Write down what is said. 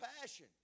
passion